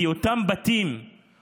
כי אותם בתים,